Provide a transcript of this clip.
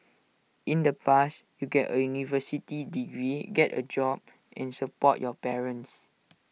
in the past you get A university degree get A job and support your parents